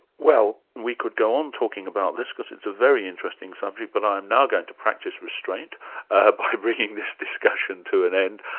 well, we could go on talking about this because it's a very interesting subject, but i am now going to practice restraint ah by bringing this discussion to an end.